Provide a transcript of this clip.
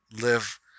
live